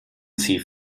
sie